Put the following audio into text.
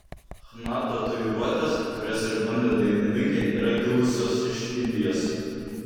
chna tatuiruotės kurias išbandė dainininkė yra kilusios iš indijos